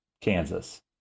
Kansas